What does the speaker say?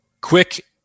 Quick